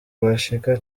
bashika